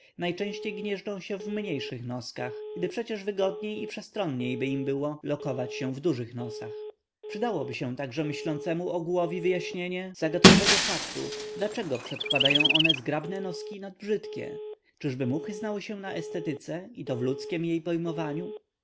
najchętniej gnieżdżą się w mniejszych noskach gdy przecież wygodniej i przestroniej by im było lokować się w dużych nosach przydałoby się także myślącemu ogółowi wyjaśnienie zagadkowego faktu dlaczego przekładają one zgrabne noski nad brzydkie czyżby muchy znały się na estetyce i to w ludzkiem jej pojmowaniu